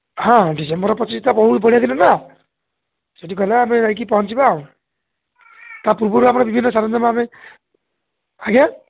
ହଁ ଡିସେମ୍ବର୍ ପଚିଶଟା ବହୁତ ବଢ଼ିଆ ଦିନ ନା ସେଇଠି କହିଲେ ଆମେ ଯାଇକି ପହଞ୍ଚିବା ଆଉ ତା ପୂର୍ବରୁ ଆମର ବିଭିନ୍ନ ସାରଞ୍ଜାମ ଆମେ ଆଜ୍ଞା